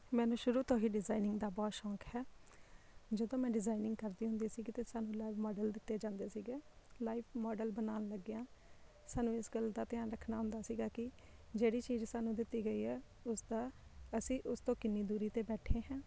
ਮੈਨੂੰ ਸ਼ੁਰੂ ਤੋਂ ਹੀ ਡਿਜ਼ਾਈਨਿੰਗ ਦਾ ਬਹੁਤ ਸ਼ੌਂਕ ਹੈ ਜਦੋਂ ਮੈਂ ਡਿਜ਼ਾਈਨਿੰਗ ਕਰਦੀ ਹੁੰਦੀ ਸੀਗੀ ਅਤੇ ਸਾਨੂੰ ਲਾਈਵ ਮੋਡਲ ਦਿੱਤੇ ਜਾਂਦੇ ਸੀਗੇ ਲਾਈਵ ਮੋਡਲ ਬਣਾਉਣ ਲੱਗਿਆਂ ਸਾਨੂੰ ਇਸ ਗੱਲ ਦਾ ਧਿਆਨ ਰੱਖਣਾ ਹੁੰਦਾ ਸੀਗਾ ਕਿ ਜਿਹੜੀ ਚੀਜ਼ ਸਾਨੂੰ ਦਿੱਤੀ ਗਈ ਹੈ ਉਸਦਾ ਅਸੀਂ ਉਸ ਤੋਂ ਕਿੰਨੀ ਦੂਰੀ 'ਤੇ ਬੈਠੇ ਹਾਂ